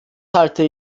halte